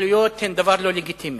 ההתנחלויות הן דבר לא לגיטימי.